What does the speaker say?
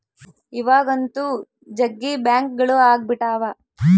ಇವಾಗಂತೂ ಜಗ್ಗಿ ಬ್ಯಾಂಕ್ಗಳು ಅಗ್ಬಿಟಾವ